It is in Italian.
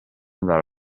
andare